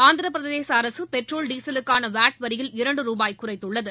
ஆந்திரப் பிரதேச அரசு பெட்ரோல் டீசலுக்கான வாட் வரியில் இரண்டு ருபாய் குறைத்துள்ளது